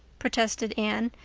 protested anne.